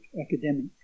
academic